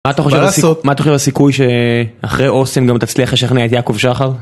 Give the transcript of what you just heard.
מה אתה חושב על הסיכוי שאחרי אוסם גם תצליח לשכנע את יעקב שחר?